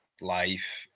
life